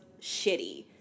shitty